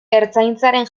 ertzaintzaren